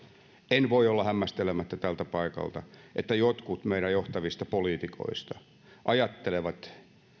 en voi olla hämmästelemättä tältä paikalta että jotkut meidän johtavista politiikoista ajattelevat